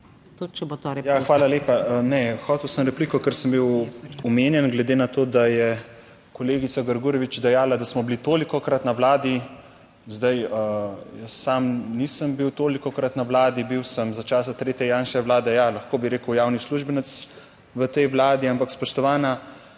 hvala lepa. Ne, hotel sem repliko, ker sem bil omenjen, glede na to, da je kolegica Grgurevič dejala, da smo bili tolikokrat na vladi. Zdaj jaz sam nisem bil tolikokrat na vladi, bil sem za časa tretje Janševe vlade, ja, lahko bi rekel, javni uslužbenec v tej vladi, ampak, spoštovana